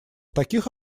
таких